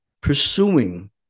pursuing